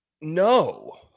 no